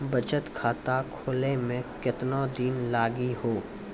बचत खाता खोले मे केतना दिन लागि हो?